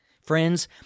Friends